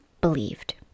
believed